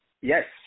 Yes